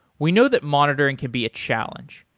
we know that monitoring could be a challenge.